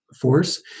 force